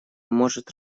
может